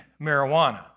marijuana